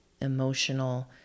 emotional